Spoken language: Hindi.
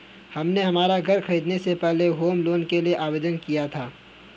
हमने हमारा घर खरीदने से पहले होम लोन के लिए आवेदन किया था